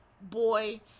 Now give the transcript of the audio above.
boy